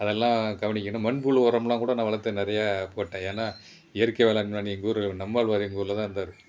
அதெல்லாம் கவனிக்கணும் மண் புழு உரமுலாம் கூட நான் வளர்த்தேன் நிறையா போட்டேன் ஏன்னால் இயற்கை வேளாண் விஞ்ஞானி எங்கள் ஊர் நம்மாழ்வார் எங்கள் ஊரில்தான் இருந்தார்